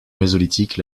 mésolithique